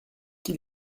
qui